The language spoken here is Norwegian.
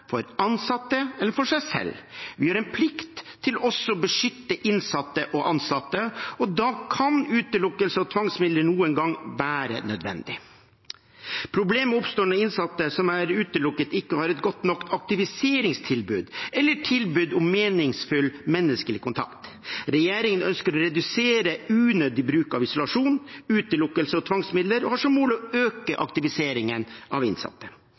for ansatte eller for seg selv. Vi har en plikt til også å beskytte innsatte og ansatte, og da kan utelukkelse og tvangsmidler noen ganger være nødvendig. Problemet oppstår når innsatte som er utelukket, ikke har et godt nok aktiviseringstilbud eller tilbud om meningsfull menneskelig kontakt. Regjeringen ønsker å redusere unødig bruk av isolasjon, utelukkelse og tvangsmidler og har som mål å øke aktiviseringen av innsatte.